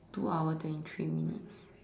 two hour twenty three minutes